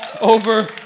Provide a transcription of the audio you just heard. over